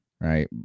right